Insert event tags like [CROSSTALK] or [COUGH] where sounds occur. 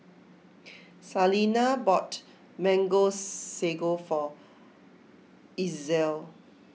[NOISE] Salina bought Mango Sago for Ezell